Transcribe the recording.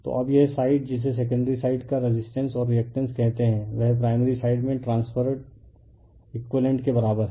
तो अब यह साइड जिसे सेकेंडरी साइड का रेसिस्टेंस और रिएक्टेंस कहते हैं वह प्राइमरी साइड में ट्रांस्फेर्रेड एक़ुइवेलेंट के बराबर है